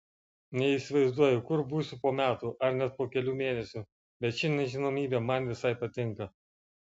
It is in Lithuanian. neįsivaizduoju kur būsiu po metų ar net po kelių mėnesių bet ši nežinomybė man visai patinka